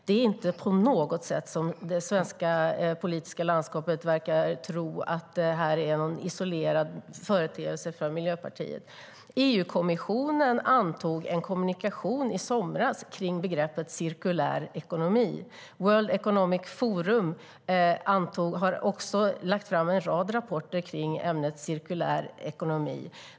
Det här är inte någon isolerad företeelse för Miljöpartiet, som man verkar tro i det svenska politiska landskapet.EU-kommissionen antog i somras ett meddelande kring begreppet cirkulär ekonomi. World Economic Forum har också lagt fram en rad rapporter kring ämnet cirkulär ekonomi.